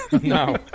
No